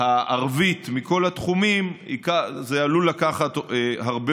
הערבית מכל התחומים עלול לקחת הרבה